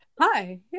Hi